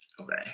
Okay